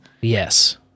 Yes